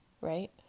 right